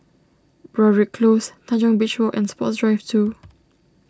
Broadrick Close Tanjong Beach Walk and Sports Drive two